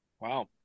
Wow